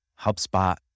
HubSpot